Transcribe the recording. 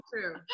True